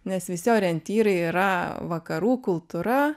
nes visi orientyrai yra vakarų kultūra